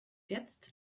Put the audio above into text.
jetzt